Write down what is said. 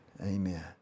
amen